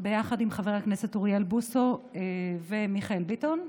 ביחד עם חברי הכנסת אוריאל בוסו ומיכאל ביטון.